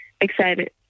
excited